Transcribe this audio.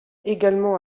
également